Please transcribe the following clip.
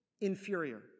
inferior